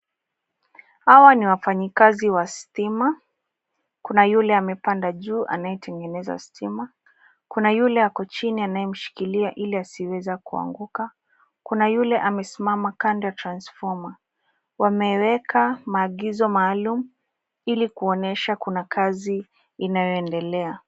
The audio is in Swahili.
Hawa ni wafanyikazi wa stima. Kuna yule amepanda juu anayetengeneza stima, kuna yule ako chini anayemshikilia ili asiweze kuanguka, kuna yule amesimama kando ya transformer (cs]. Wameweka maagizo maalum ili kuonyesha kuna kazi inayoendelea.